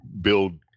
build